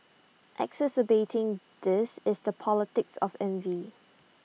exacerbating this is the politics of envy